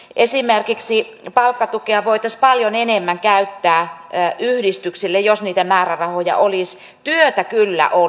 esimerkiksi palkkatukea voitaisiin paljon enemmän käyttää yhdistyksille jos niitä määrärahoja olisi työtä kyllä olisi